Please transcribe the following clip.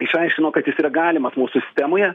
išaiškino kad jis yra galimas mūsų sistemoje